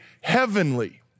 heavenly